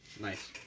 Nice